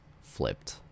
flipped